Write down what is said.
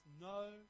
no